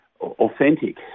authentic